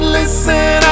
listen